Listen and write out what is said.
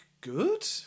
good